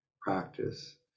practice